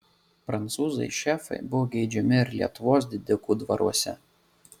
prancūzai šefai buvo geidžiami ir lietuvos didikų dvaruose